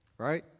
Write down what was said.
right